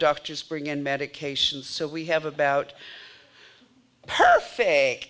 doctors bring in medications so we have about a perfect